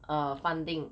err funding